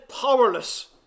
powerless